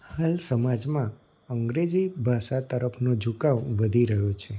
હાલ સમાજમાં અગ્રેજી ભાષા તરફનો ઝુકાવ વધી રહ્યો છે